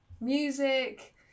music